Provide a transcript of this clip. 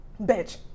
bitch